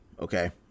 Okay